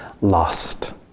Lost